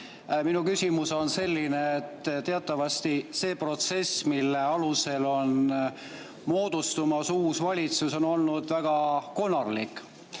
Minu küsimus on selline, et teatavasti see protsess, mille alusel on moodustumas uus valitsus, on olnud väga konarlik.